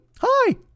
hi